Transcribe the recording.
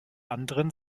anderen